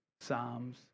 Psalms